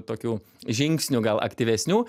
tokių žingsnių gal aktyvesnių